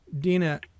Dina